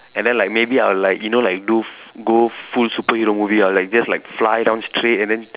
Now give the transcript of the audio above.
and then like maybe I'll like you know like do f go full superhero movie I'll like just like fly down straight and then